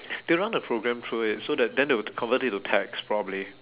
they'll run a program through it so that then they'll convert it to text probably